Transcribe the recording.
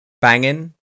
banging